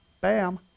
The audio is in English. Bam